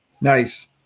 Nice